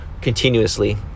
continuously